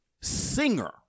singer